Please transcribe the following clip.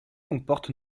comporte